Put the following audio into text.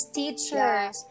teachers